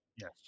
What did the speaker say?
yes